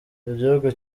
igihugu